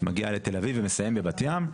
מגיע לתל אביב ומסיים בבת ים.